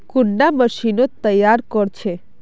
कुंडा मशीनोत तैयार कोर छै?